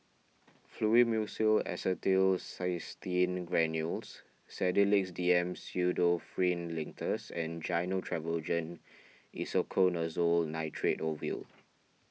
Fluimucil Acetylcysteine Granules Sedilix D M Pseudoephrine Linctus and Gyno Travogen Isoconazole Nitrate Ovule